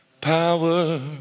power